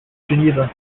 geneva